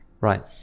right